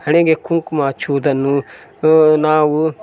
ಹಣೆಗೆ ಕುಂಕುಮ ಹಚ್ಚುವುದನ್ನು ನಾವು